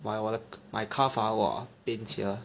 my 我的 my calf ah !wah! pain sia